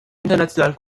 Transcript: internationalen